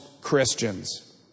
Christians